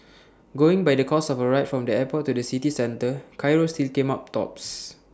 going by the cost of A ride from the airport to the city centre Cairo still came up tops